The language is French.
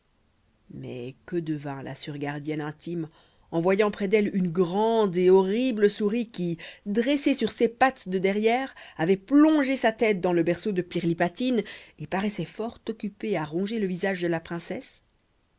mais que devint la surgardienne intime en voyant près d'elle une grande et horrible souris qui dressée sur ses pattes de derrière avait plongé sa tête dans le berceau de pirlipatine et paraissait fort occupée à ronger le visage de la princesse